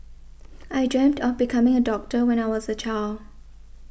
I dreamt of becoming a doctor when I was a child